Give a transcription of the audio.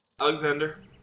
Alexander